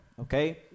okay